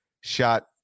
shot